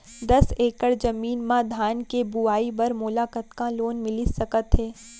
दस एकड़ जमीन मा धान के बुआई बर मोला कतका लोन मिलिस सकत हे?